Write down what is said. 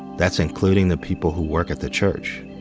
that's including the people who work at the church.